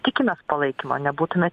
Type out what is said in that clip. tikimės palaikymo nebūtume